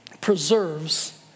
preserves